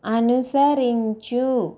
అనుసరించు